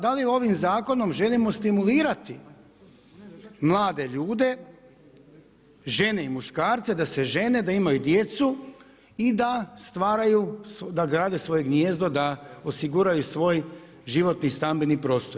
Da li ovim zakonom želimo stimulirati mlade ljude, žene i muškarce da se žene, da imaju djecu i da stvaraju, da grade svoje gnijezdo, da osiguraju svoj životni stambeni prostor.